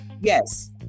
yes